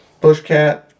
Bushcat